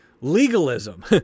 legalism